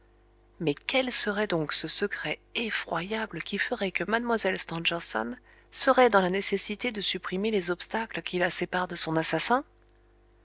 mais quel serait donc ce secret effroyable qui ferait que mlle stangerson serait dans la nécessité de supprimer les obstacles qui la séparent de son assassin